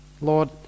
Lord